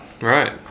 Right